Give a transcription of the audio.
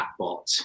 chatbot